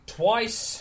twice